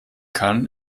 kann